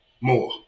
more